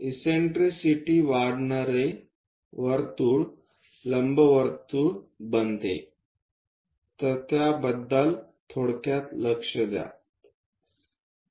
eccentricity वाढणारे वर्तुळ लंबवर्तुळ बनते तर त्याबद्दल थोडक्यात लक्ष द्या